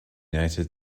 united